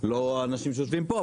לא האנשים שיושבים פה,